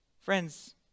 Friends